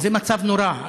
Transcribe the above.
זה מצב נורא.